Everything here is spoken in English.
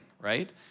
right